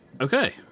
Okay